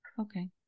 Okay